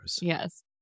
yes